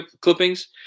clippings